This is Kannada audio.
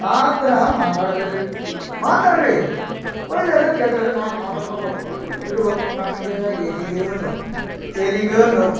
ಆ ಥರ ಮಾತಾಡ ಬಿಡ್ರಿ ಮಾತಾಡ್ರಿ ಒಳ್ಳೇದು ಕೆಟ್ಟದು ನಾಲ್ಕು ಮಾತಾಡ್ಕೋಬೇಕು ಇಡ್ಬೇಕು ನಮಗೆ ಎದೀಗೆ ನೋವು ತಲೀಗೆ ನೋವ್